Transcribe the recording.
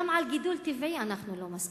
גם לגידול טבעי אנו לא מסכימים.